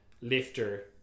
lifter